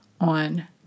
on